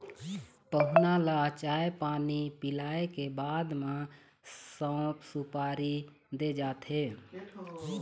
पहुना ल चाय पानी पिलाए के बाद म सउफ, सुपारी दे जाथे